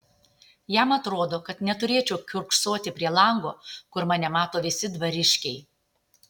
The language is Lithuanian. jam atrodo kad neturėčiau kiurksoti prie lango kur mane mato visi dvariškiai